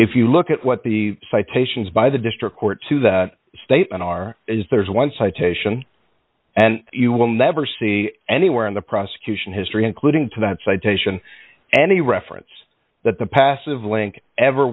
if you look at what the citations by the district court to the state and are is there's one citation and you will never see anywhere in the prosecution history including to that citation any reference that the passive link ever